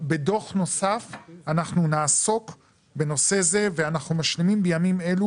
בדוח נוסף אנחנו נעסוק בנושא זה ואנחנו משלימים בימים אלה